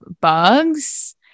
bugs